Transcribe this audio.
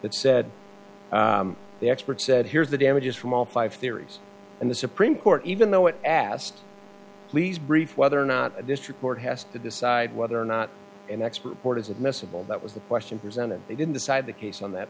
that said the expert said here's the damages from all five theories and the supreme court even though it asked please brief whether or not this report has to decide whether or not an expert board is admissible that was the question presented they didn't decide the case on that